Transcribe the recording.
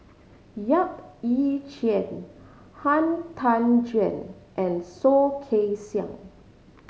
Yap Ee Chian Han Tan Juan and Soh Kay Siang